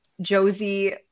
josie